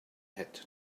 had